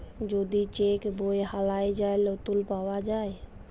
যদি চ্যাক বই হারাঁয় যায়, লতুল পাউয়া যায়